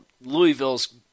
Louisville's